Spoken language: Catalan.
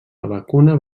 vacuna